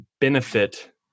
benefit